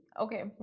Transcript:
okay